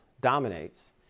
dominates